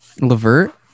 Levert